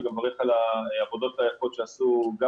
אני גם מברך על העבודות היפות שעשו גם